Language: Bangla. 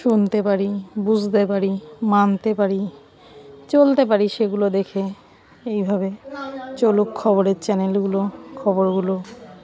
শুনতে পারি বুঝতে পারি মানতে পারি চলতে পারি সেগুলো দেখে এইভাবে চলুক খবরের চ্যানেলগুলো খবরগুলো